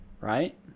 Right